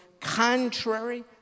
Contrary